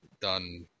Done